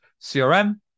crm